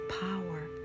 power